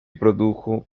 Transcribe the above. produjo